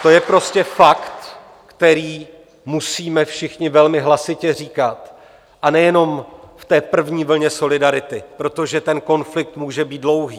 To je prostě fakt, který musíme všichni velmi hlasitě říkat, a ne jenom v té první vlně solidarity, protože ten konflikt může být dlouhý.